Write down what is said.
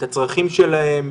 את הצרכים שלהם,